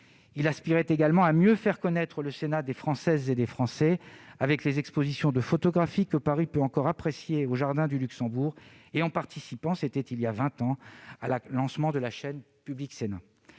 Il aspirait également à mieux faire connaître le Sénat des Françaises et des Français, avec les expositions de photographie, que Paris peut encore apprécier au jardin du Luxembourg, et en participant au lancement, voilà vingt ans, de la chaîne Public Sénat.